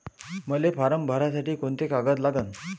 मले फारम भरासाठी कोंते कागद लागन?